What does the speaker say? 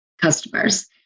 customers